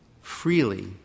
freely